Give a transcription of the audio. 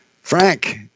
Frank